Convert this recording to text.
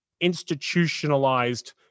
institutionalized